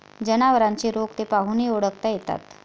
जनावरांचे रोग ते पाहूनही ओळखता येतात